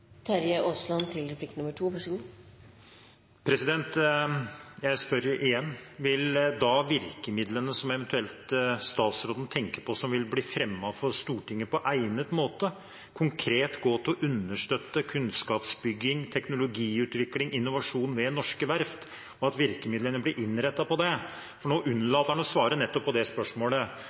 Jeg spør igjen: Vil da virkemidlene som eventuelt statsråden tenker på, som vil bli fremmet for Stortinget på egnet måte, konkret gå til å understøtte kunnskapsbygging, teknologiutvikling, innovasjon ved norske verft, og vil virkemidlene bli innrettet mot det? Nå unnlater han å svare på nettopp det spørsmålet